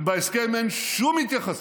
ובהסכם אין שום התייחסות,